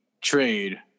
trade